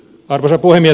arvoisa puhemies